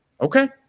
okay